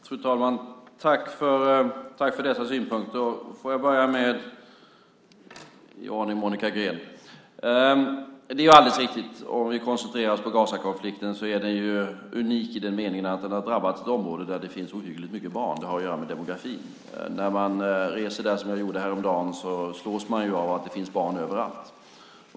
Fru talman! Tack till interpellanterna för dessa synpunkter! Jag börjar med Monica Green. Om vi koncentrerar oss på Gazakonflikten kan vi konstatera att den alldeles riktigt är unik i den meningen att den har drabbat ett område där det finns ohyggligt mycket barn. Det har att göra med demografin. När man reser där, vilket jag gjorde häromdagen, slås man av att det finns barn över allt.